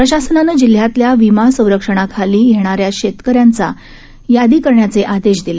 प्रशासनानं जिल्ह्यातल्या विमा संरक्षणाखालील येणाऱ्या शेतकऱ्यांचा यादी करण्याचे आदेश दिले